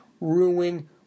ruin